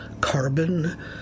carbon